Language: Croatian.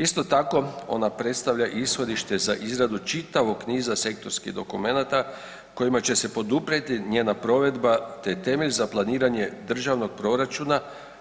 Isto tako ona predstavlja ishodište za izradu čitavog niza sektorskih dokumenata kojima će se poduprijeti njena provedba te temelj za planiranje državnog proračuna